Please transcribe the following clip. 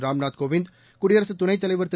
ராம்நாத் கோவிந்த் குடியரசு துணைத் தலைவர் திரு